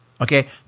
okay